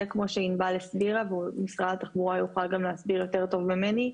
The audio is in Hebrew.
זה כמו שענבל הסבירה ומשרד התחבורה גם יוכל להסביר יותר טוב ממני,